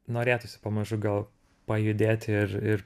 norėtųsi pamažu gal pajudėti ir ir